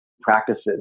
practices